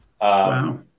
Wow